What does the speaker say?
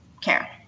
care